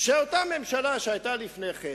שאותה ממשלה שהיתה לפני כן,